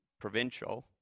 provincial